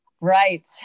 Right